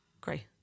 Great